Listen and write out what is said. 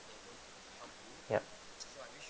ya